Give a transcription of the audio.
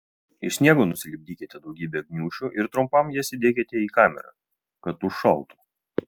iš sniego nusilipdykite daugybę gniūžčių ir trumpam jas įdėkite į kamerą kad užšaltų